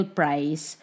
price